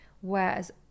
Whereas